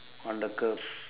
on the curve